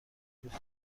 دوست